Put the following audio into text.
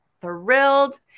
thrilled